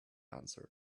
answered